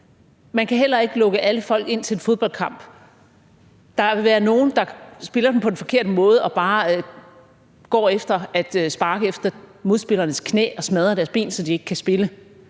Man kan heller ikke lukke alle folk ind til en fodboldkamp. Der vil være nogle, der spiller på den forkerte måde og bare går efter at sparke efter modspillernes knæ og smadre deres ben, så de ikke kan spille.